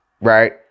right